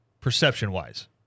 perception-wise